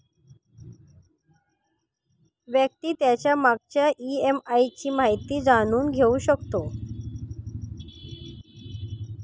व्यक्ती त्याच्या मागच्या ई.एम.आय ची माहिती जाणून घेऊ शकतो